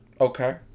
Okay